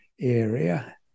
area